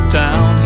down